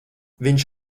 viņš